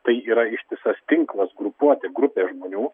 tai yra ištisas tinklas grupuotė grupė žmonių